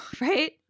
right